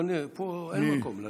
פה אין מקום.